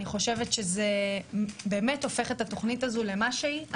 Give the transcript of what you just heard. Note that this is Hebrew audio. חושבת שזה באמת הופך את התוכנית הזו למה שהיא.